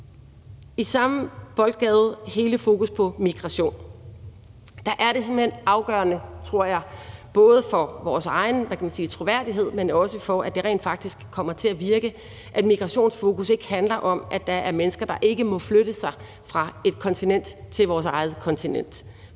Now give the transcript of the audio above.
sige noget om hele fokusset på migration. Der er det simpelt hen afgørende, tror jeg, både for vores egen troværdighed, men også for, at det rent faktisk kommer til at virke, at et migrationsfokus ikke handler om, at der er mennesker, der ikke må flytte sig fra et andet kontinent til vores eget kontinent,